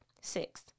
Six